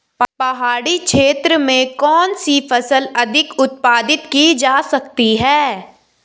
पहाड़ी क्षेत्र में कौन सी फसल अधिक उत्पादित की जा सकती है?